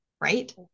right